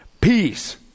Peace